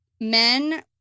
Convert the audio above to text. men